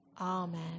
Amen